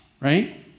right